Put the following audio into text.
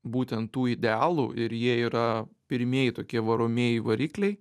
būtent tų idealų ir jie yra pirmieji tokie varomieji varikliai